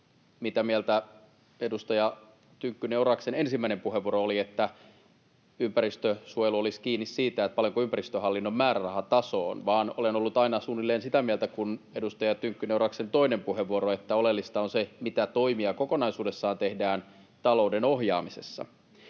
mitä mieltä edustaja Oras Tynkkysen ensimmäinen puheenvuoro oli, että ympäristönsuojelu olisi kiinni siitä, paljonko ympäristöhallinnon määrärahataso on, vaan olen ollut aina suunnilleen sitä mieltä kuin edustaja Oras Tynkkysen toinen puheenvuoro, että oleellista on se, mitä toimia kokonaisuudessaan tehdään talouden ohjaamisessa.